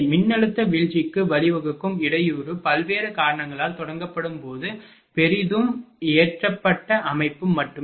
மின்னழுத்த வீழ்ச்சிக்கு வழிவகுக்கும் இடையூறு பல்வேறு காரணங்களால் தொடங்கப்படும்போது பெரிதும் ஏற்றப்பட்ட அமைப்பு மட்டுமே